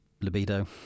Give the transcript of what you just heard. libido